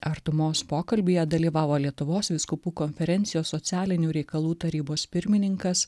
artumos pokalbyje dalyvavo lietuvos vyskupų konferencijos socialinių reikalų tarybos pirmininkas